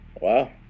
Wow